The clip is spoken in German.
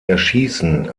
erschießen